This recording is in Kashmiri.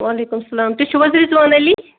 وعلیکُم سَلام تُہۍ چھُو حظ رِزوان علی